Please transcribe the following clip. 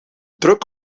druk